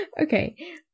Okay